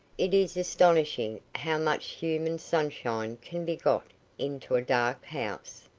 it is astonishing how much human sunshine can be got into a dark house.